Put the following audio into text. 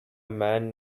man